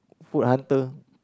food hunter